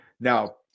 Now